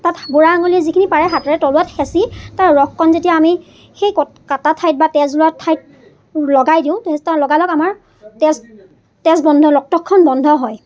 তাত বুঢ়া আঙুলিৰে যিখিনি পাৰে হাতেৰে তলুৱাত হেঁচি তাৰ ৰসকণ যেতিয়া আমি সেই কাটা ঠাইত বা তেজ ওলোৱা ঠাইত লগাই দিওঁ তেতিয়া লগালক আমাৰ তেজ তেজ বন্ধ ৰক্তক্ষৰণ বন্ধ হয়